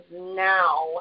now